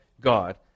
God